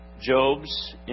Job's